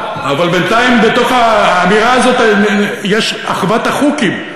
אבל בינתיים בתוך האמירה הזאת יש אחוות אחוקים,